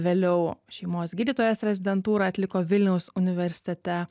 vėliau šeimos gydytojos rezidentūrą atliko vilniaus universitete